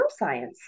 neuroscience